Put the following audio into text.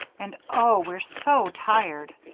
and, oh! we're so tired.